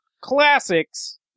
Classics